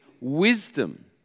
wisdom